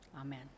Amen